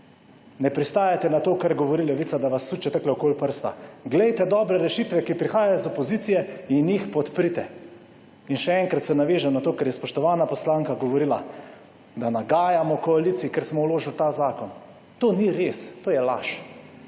Ne pristajajte na to, kar govori Levica, da vas suče takole okoli prsta. Glejte dobre rešitve, ki prihajajo iz opozicije, in jih podprite. In še enkrat se navežem na to, kar je spoštovana poslanka govorila, da nagajamo koaliciji, ker smo vložili ta zakon. To ni res, to je laž.